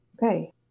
Okay